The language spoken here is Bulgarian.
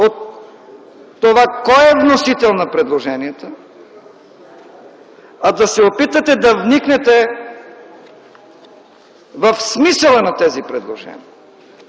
от това кой е вносител на предложението, а да се опитате да вникнете в смисъла на тези предложения.